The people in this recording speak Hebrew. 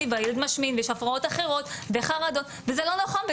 והילד משמין ויש הפרעות אחרות וחרדות וזה לא נכון,